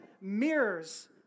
mirrors